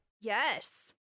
Yes